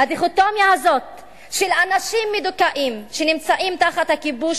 הדיכוטומיה הזאת של אנשים מדוכאים שנמצאים תחת הכיבוש